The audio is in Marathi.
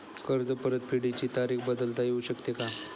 कर्ज परतफेडीची तारीख बदलता येऊ शकते का?